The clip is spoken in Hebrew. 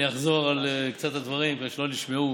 אני אחזור על קצת מהדברים מפני שהם לא נשמעו.